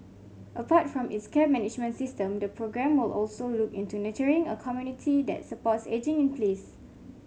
apart from its care management system the programme will also look into nurturing a community that supports ageing in place